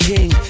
King